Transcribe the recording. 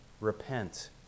Repent